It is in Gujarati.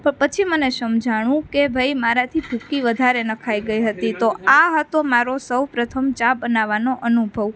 પણ પછી મને સમજાયું કે ભાઈ મારાથી ભૂકી વધારે નખાઈ ગઈ હતી તો આ હતો મારો સૌપ્રથમ ચા બનાવવાનો અનુભવ